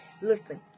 Listen